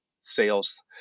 sales